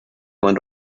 man